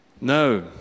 No